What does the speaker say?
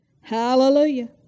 Hallelujah